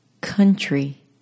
country